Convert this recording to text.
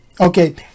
Okay